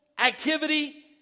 activity